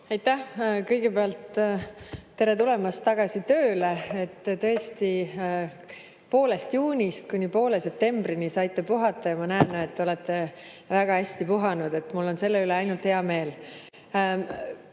Aitäh! Kõigepealt tere tulemast tagasi tööle! Tõesti, poolest juunist kuni poole septembrini saite puhata ja ma näen, et te olete väga hästi puhanud. Mul on selle üle ainult hea meel. See,